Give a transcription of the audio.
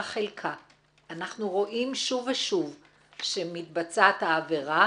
חלקה אנחנו רואים שוב ושוב שמתבצעת העבירה,